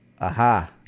aha